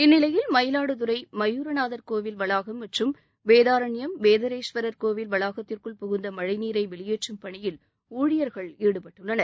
இந்நிலையில் மயிலாடுதுறை மயூரநாதர் கோவில் வளாகம் மற்றும் வேதாரண்யம் வேதரேஸ்வரர் கோவில் வளாகத்திற்குள் புகுந்த மழைநீரை வெளியேற்றும் பணியில் ஊழியர்கள் ஈடுபட்டுள்ளனர்